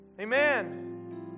Amen